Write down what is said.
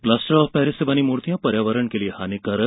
plaster of Paris से बनी मूर्तियां पर्यावरण के लिए हानिकारक